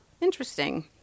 interesting